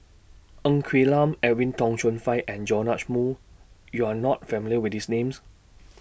Ng Quee Lam Edwin Tong Chun Fai and Joash Moo YOU Are not familiar with These Names